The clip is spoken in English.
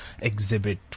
exhibit